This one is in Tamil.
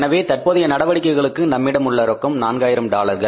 எனவே தற்போதைய நடவடிக்கைகளுக்கு நம்மிடம் உள்ள ரொக்கம் 4000 டாலர்கள்